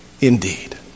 indeed